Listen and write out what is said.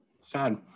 Sad